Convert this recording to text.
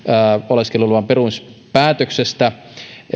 oleskeluluvan perumispäätöksestä